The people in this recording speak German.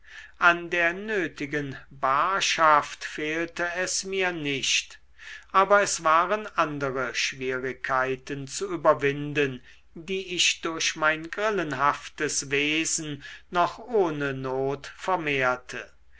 an der nötigen barschaft fehlte es mir nicht aber es waren andere schwierigkeiten zu überwinden die ich durch mein grillenhaftes wesen noch ohne not vermehrte